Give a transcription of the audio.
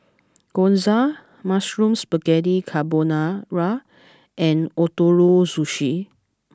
Gyoza Mushroom Spaghetti Carbonara and Ootoro Sushi